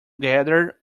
gathered